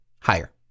Higher